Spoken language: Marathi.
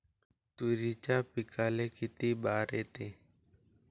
तुरीच्या पिकाले किती बार येते?